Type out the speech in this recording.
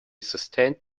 sustained